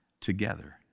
together